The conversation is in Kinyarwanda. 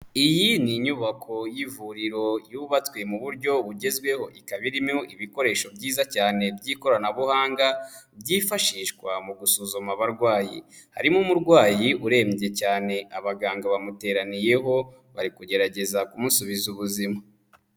Iyi ni inyubako y'ivuriro yubatswe mu buryo bugezweho, ikaba irimo ibikoresho byiza cyane by'ikoranabuhanga byifashishwa mu gusuzuma abarwayi. Harimo umurwayi urembye cyane abaganga bamuteraniyeho, bari kugerageza kumusubiza ubuzima.